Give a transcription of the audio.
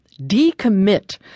Decommit